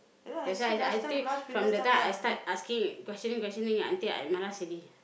that's why I I think from the time I start asking questioning questioning until I malas already